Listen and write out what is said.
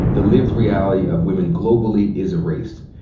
the lived reality of women globally is erased.